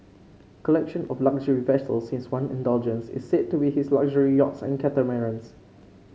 collection of luxury vessels his one indulgence is said to be his luxury yachts and catamarans